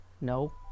No